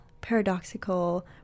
paradoxical